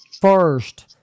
first